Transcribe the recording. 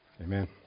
Amen